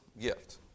gift